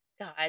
god